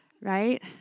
right